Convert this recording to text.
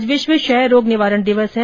आज विश्व क्षय रोग निवारण दिवस है